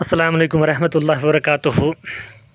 السلام علیکم ورحمۃ اللہ وبرکاتہُ